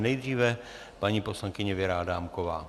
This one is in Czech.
Nejdříve paní poslankyně Věra Adámková.